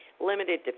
limited